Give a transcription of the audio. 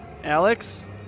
Alex